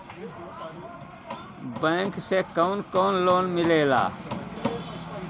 Bank से कौन कौन लोन मिलेला?